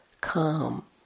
calm